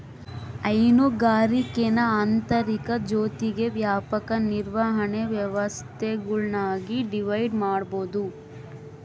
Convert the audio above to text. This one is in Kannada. ಹೈನುಗಾರಿಕೇನ ಆಂತರಿಕ ಜೊತಿಗೆ ವ್ಯಾಪಕ ನಿರ್ವಹಣೆ ವ್ಯವಸ್ಥೆಗುಳ್ನಾಗಿ ಡಿವೈಡ್ ಮಾಡ್ಬೋದು